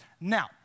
Now